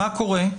מה קורה?